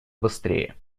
быстрее